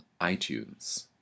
iTunes